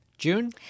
June